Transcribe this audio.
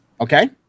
okay